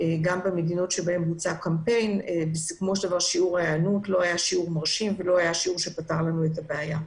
במדינות שיש השתתפות שיעור ההיענות לא היה מרשים ולא פתר את הבעיה.